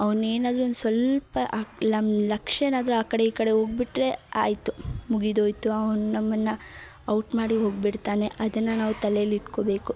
ಅವ್ನು ಏನಾದರೂ ಒಂದು ಸ್ವಲ್ಪ ಆಕ್ ನಮ್ಮ ಲಕ್ಷ್ಯ ಏನಾದರೂ ಆ ಕಡೆ ಈ ಕಡೆ ಹೋಗಿಬಿಟ್ರೆ ಆಯಿತು ಮುಗಿದೋಯಿತು ಅವ್ನು ನಮ್ಮನ್ನು ಔಟ್ ಮಾಡಿ ಹೋಗಿಬಿಡ್ತಾನೆ ಅದನ್ನು ನಾವು ತಲೇಲಿ ಇಟ್ಕೊಬೇಕು